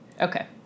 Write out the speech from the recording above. Okay